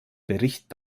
bericht